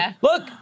look